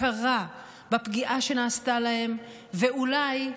הכרה בפגיעה שנעשתה להם, ואולי,